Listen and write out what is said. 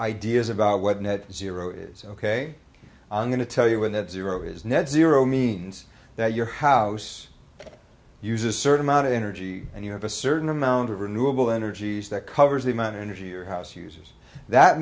ideas about what net zero is ok i'm going to tell you when that zero is net zero means that your house uses a certain amount of energy and you have a certain amount of renewable energies that covers the amount of energy your house uses that